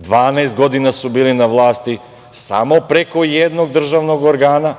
12 godina su bili na vlasti, samo preko jednog državnog organa